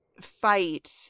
fight